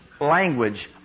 language